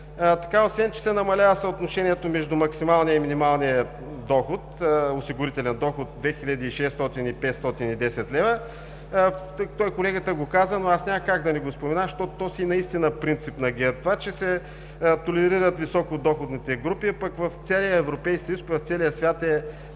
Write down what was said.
година. Освен че се намалява съотношението между максималния и минималния доход, осигурителен доход – 2600 лв. и 510 лв., а колегата го каза, но аз няма как да не го спомена, защото то си е наистина принцип на ГЕРБ – това, че се толерират високодоходните групи, а пък в целия Европейски съюз, в целия свят не